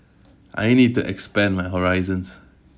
I need to expand my horizons